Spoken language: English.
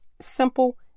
simple